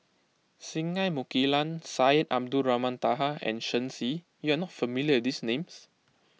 Singai Mukilan Syed Abdulrahman Taha and Shen Xi you are not familiar with these names